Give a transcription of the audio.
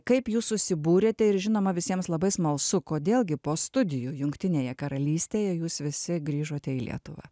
kaip jūs susibūrėte ir žinoma visiems labai smalsu kodėl gi po studijų jungtinėje karalystėje jūs visi grįžote į lietuvą